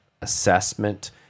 assessment